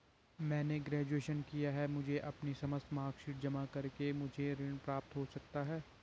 मैंने ग्रेजुएशन किया है मुझे अपनी समस्त मार्कशीट जमा करके मुझे ऋण प्राप्त हो सकता है?